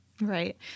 Right